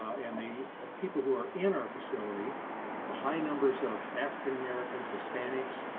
and the people who are in our facility the high numbers of african-americans, hispanics,